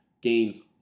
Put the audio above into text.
gains